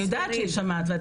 אני יודעת ששמעת.